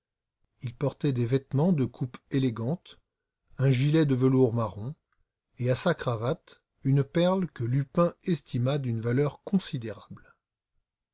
il portait des vêtements de coupe élégante un gilet de velours marron et à sa cravate une perle que lupin estima d'une valeur considérable